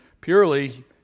purely